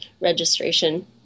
registration